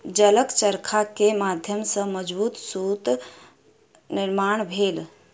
जलक चरखा के माध्यम सॅ मजबूत सूतक निर्माण भेल